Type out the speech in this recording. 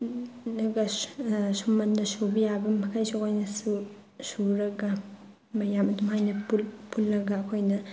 ꯑꯗꯨꯒ ꯁꯨꯝꯕꯟꯗ ꯁꯨꯕ ꯌꯥꯕꯃꯈꯩꯁꯨ ꯑꯩꯈꯣꯏꯅꯁꯨ ꯁꯨꯔꯒ ꯃꯌꯥꯝ ꯑꯗꯨꯃꯥꯏꯅ ꯄꯨꯜꯂꯒ ꯑꯩꯈꯣꯏꯅ